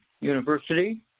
University